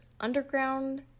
underground